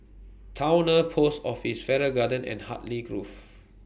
Towner Post Office Farrer Garden and Hartley Grove